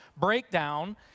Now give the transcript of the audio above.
breakdown